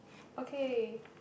okay